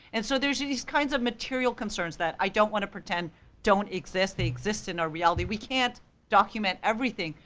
and so there's this kinds of material concerns that i don't wanna pretend don't exist, they exist in our reality, we can't document everything,